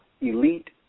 elite